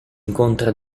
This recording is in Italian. incontra